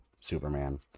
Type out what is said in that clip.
Superman